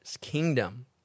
kingdom